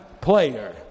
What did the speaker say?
player